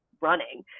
running